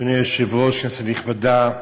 אדוני היושב-ראש, כנסת נכבדה,